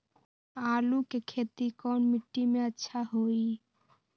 आलु के खेती कौन मिट्टी में अच्छा होइ?